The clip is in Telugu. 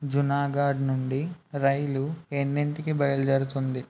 జునాగఢ్ నుండి రైలు ఎన్నింటికి బయల్దేరుతుంది